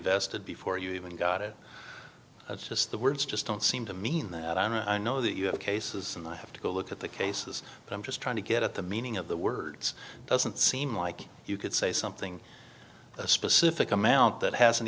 vested before you even got it it's just the words just don't seem to mean that i know that you have cases and i have to go look at the cases but i'm just trying to get at the meaning of the words doesn't seem like you could say something a specific amount that hasn't